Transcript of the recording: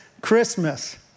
Christmas